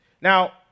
Now